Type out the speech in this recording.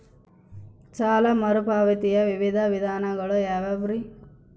ಸಾಲ ಮರುಪಾವತಿಯ ವಿವಿಧ ವಿಧಾನಗಳು ಯಾವ್ಯಾವುರಿ?